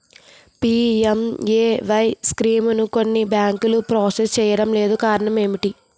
PMAY స్కీమును కొన్ని బ్యాంకులు ప్రాసెస్ చేయడం లేదు కారణం ఏమిటి?